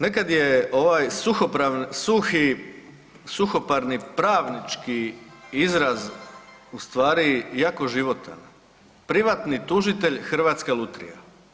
Nekada je ovaj suhoparni pravnički izraz ustvari jako životan, privatni tužitelj Hrvatska lutrija.